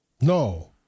No